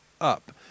up